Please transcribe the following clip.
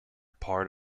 part